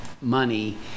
money